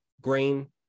grain